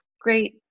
great